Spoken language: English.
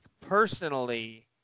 personally